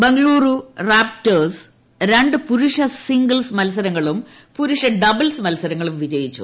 Bengaluru Raptors രണ്ട് പുരുഷ singles മത്സരങ്ങളും പുരുഷ ഡ്ബിൾസ് മത്സരങ്ങളും വിജയിച്ചു